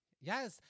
yes